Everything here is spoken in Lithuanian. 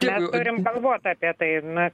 mes turim galvot apie tai na